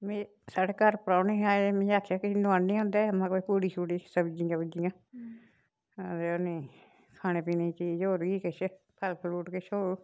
में साढ़े घर परोह्ने हे आए में आखेआ किश नुआने आं उं'दे मग कोई पुड़ी शुड़ी सब्ज़ी सब्ज़ियां ते उ'नें खाने पीने दी चीज़ होर बी किस फल फरूट किश होग